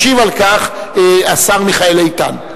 ישיב על כך השר מיכאל איתן.